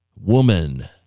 woman